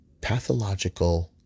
pathological